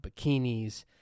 bikinis